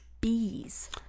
bees